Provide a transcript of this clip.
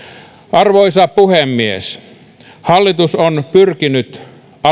arvoisa puhemies hallitus on pyrkinyt alentamaan